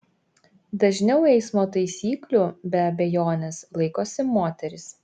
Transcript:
dažniau eismo taisyklių be abejonės laikosi moterys